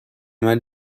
main